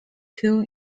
two